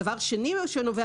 דבר שני שנובע